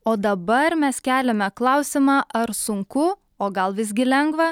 o dabar mes keliame klausimą ar sunku o gal visgi lengva